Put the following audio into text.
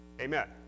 Amen